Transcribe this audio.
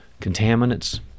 Contaminants